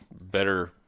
better